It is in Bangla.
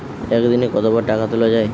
একদিনে কতবার টাকা তোলা য়ায়?